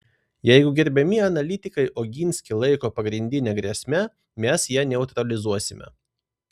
jeigu gerbiami analitikai oginskį laiko pagrindine grėsme mes ją neutralizuosime